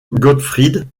gottfried